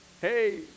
hey